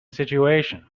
situation